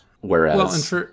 whereas